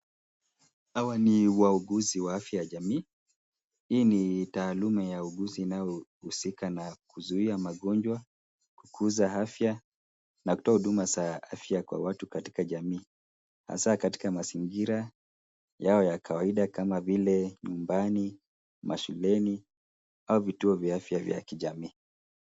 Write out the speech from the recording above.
Hawa ni wauguzi wa afya ya jamii. Hii ni taaluma ya uuguzi inayosika na kuzuia magonjwa, kukuza afya na kutoa huduma za afya kwa watu katika jamii hasa katika mazingira yao ya kawaida kama vile nyumbani, mashuleni au vituo vya afya vya kijamii.